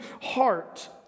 heart